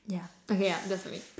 ya okay ya that's for me